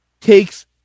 takes